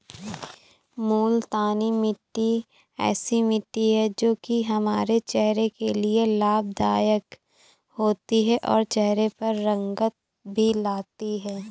मूलतानी मिट्टी ऐसी मिट्टी है जो की हमारे चेहरे के लिए लाभदायक होती है और चहरे पर रंगत भी लाती है